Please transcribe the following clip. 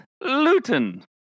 Luton